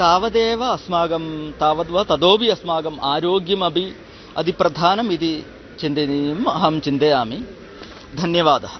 तावदेव अस्माकं तावद्वा ततोपि अस्माकम् आरोग्यमपि अतीव प्रधानम् इति चिन्तनीयम् अहं चिन्तयामि धन्यवादः